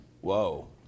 whoa